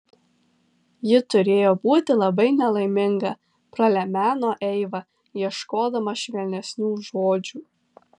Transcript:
ji turėjo būti labai nelaiminga pralemeno eiva ieškodama švelnesnių žodžių